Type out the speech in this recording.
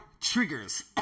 triggers